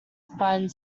find